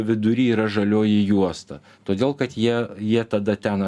vidury yra žalioji juosta todėl kad jie jie tada ten